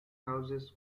houses